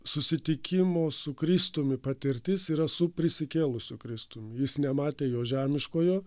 susitikimų su kristumi patirtis yra su prisikėlusiu kristumi jis nematė jo žemiškojo